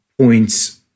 points